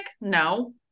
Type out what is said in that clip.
no